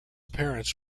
parents